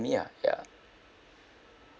me ah ya